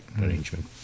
arrangement